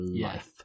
life